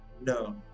no